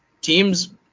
teams